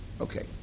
Okay